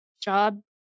job